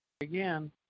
again